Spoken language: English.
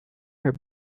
her